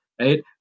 Right